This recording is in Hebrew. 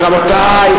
רבותי,